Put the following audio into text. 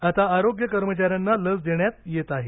आता आरोग्य कर्मचाऱ्यांना लस देण्यात येत आहे